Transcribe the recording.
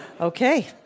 okay